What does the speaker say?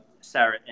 Sarah